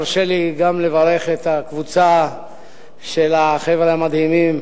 תרשה לי לברך את הקבוצה של החבר'ה המדהימים